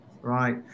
Right